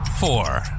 Four